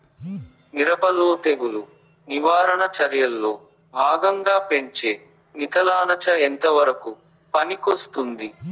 మిరప లో తెగులు నివారణ చర్యల్లో భాగంగా పెంచే మిథలానచ ఎంతవరకు పనికొస్తుంది?